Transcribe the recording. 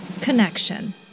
connection